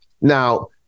Now